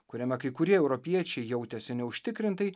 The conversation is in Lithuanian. kuriame kai kurie europiečiai jautėsi neužtikrintai